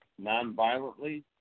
nonviolently